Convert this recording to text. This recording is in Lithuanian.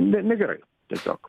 ne negrai tiesiog